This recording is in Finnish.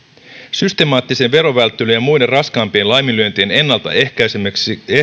systemaattisen verovälttelyn ja muiden raskaampien laiminlyöntien ennaltaehkäisemiseksi